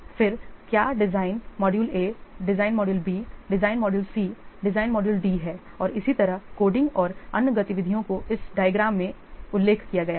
फिर क्या design module A design module B design module C design module D हैं और इसी तरह कोडिंग और अन्य गतिविधियों को इस डायग्राम में उल्लेख किया गया है